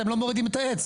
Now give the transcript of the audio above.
אתם לא מורידים את העץ.